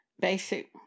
basic